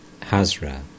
Hazra